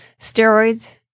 steroids